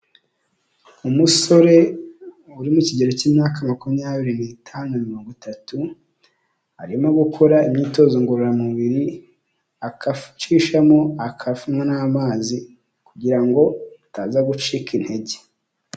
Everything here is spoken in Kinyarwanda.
Umusore uri mu kigero cy'imyaka makumyabiri n'itanu na mirongo itatu, arimo gukora imyitozo ngororamubiri, akacishamo akanywa n'amazi, kugira ngo ataza gucika intege.